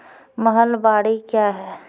महलबाडी क्या हैं?